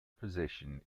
position